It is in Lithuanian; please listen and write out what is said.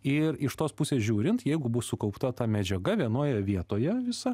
ir iš tos pusės žiūrint jeigu bus sukaupta ta medžiaga vienoje vietoje visa